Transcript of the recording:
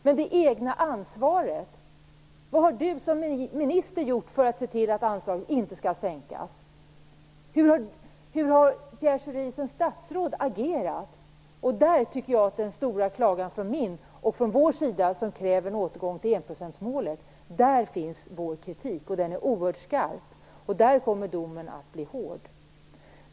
Men det egna ansvaret då? Vad har Pierre Schori som minister gjort för att se till att anslaget inte sänks? Hur har Pierre Schori som statsråd agerat? Däri bottnar den klagan som kommer från mig och från alla andra som kräver en återgång till enprocentsmålet. Där finns vår kritik, och den är oerhört skarp. Där kommer domen att bli hård.